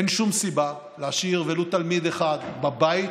אין שום סיבה להשאיר ולו תלמיד אחד בבית